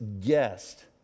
guest